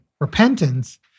repentance